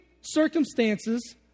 circumstances